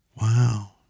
Wow